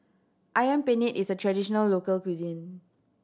Ayam Penyet is a traditional local cuisine